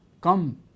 Come